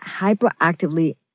hyperactively